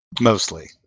Mostly